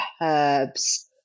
herbs